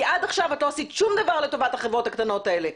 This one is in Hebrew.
כי עד עכשיו לא עשית דבר לטובת החברות הקטנות האלה.